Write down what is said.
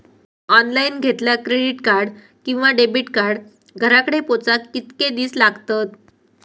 Online घेतला credit card किंवा debit card घराकडे पोचाक कितके दिस लागतत?